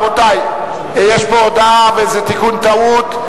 רבותי, יש פה הודעה, וזה תיקון טעות.